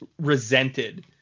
resented